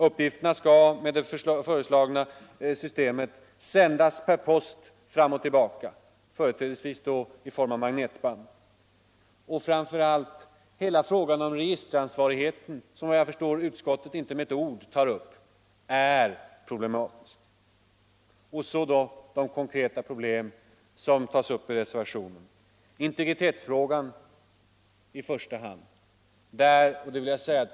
Uppgifterna skulle med det föreslagna systemet sändas per post fram och tillbaka, företrädesvis i form av magnetband. Framför allt är hela frågan om registeransvarigheten problematisk, och den tar utskottet inte upp med ett ord. Så finns de konkreta problem som berörs i reservationen, i första hand integritetsfrågan.